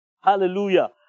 hallelujah